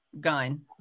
gun